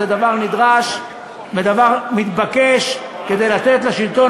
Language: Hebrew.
זה דבר נדרש ודבר מתבקש כדי לתת לשלטון